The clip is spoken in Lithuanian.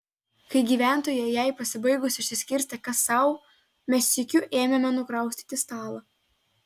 kai gyventojai jai pasibaigus išsiskirstė kas sau mes sykiu ėmėme nukraustyti stalą